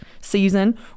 season